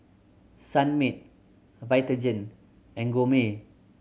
Sunmaid Vitagen and Gourmet